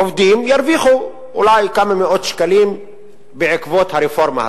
מהעובדים ירוויחו אולי כמה מאות שקלים בעקבות הרפורמה הזאת.